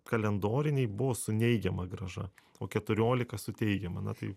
kalendoriniai buvo su neigiama grąža o keturiolika su teigiama na tai